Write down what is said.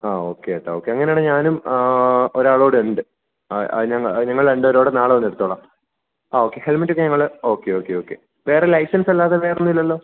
ആ ഓക്കെ ചേട്ടാ ഓക്കെ അങ്ങനെ ആണെങ്കിൽ ഞാനും ഒരാളും കൂടെ ഉണ്ട് ഞങ്ങൾ രണ്ടുപേരും കൂടെ നാളെ വന്നെടുത്തോളാം ആ ഓക്കെ ഹെൽമെറ്റൊക്കെ ഞങ്ങൾ ഓക്കെ ഓക്കെ ഓക്കെ വേറെ ലൈസെൻസ് അല്ലാതെ വേറൊന്നും ഇല്ലല്ലോ